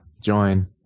join